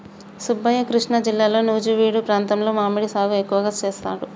సుబ్బయ్య కృష్ణా జిల్లాలో నుజివీడు ప్రాంతంలో మామిడి సాగు ఎక్కువగా సేస్తారు